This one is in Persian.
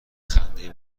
خنده